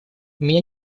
меня